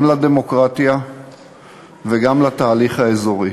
גם לדמוקרטיה וגם לתהליך האזורי.